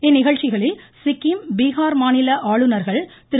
இந்நிகழ்ச்சிகளில் சிக்கிம் பீகார் மாநில ஆளுநர்கள் திரு